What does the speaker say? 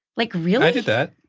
like, really? i did that.